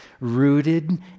Rooted